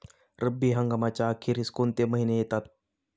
रब्बी हंगामाच्या अखेरीस कोणते महिने येतात?